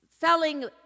selling